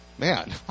man